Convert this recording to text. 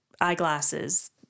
eyeglasses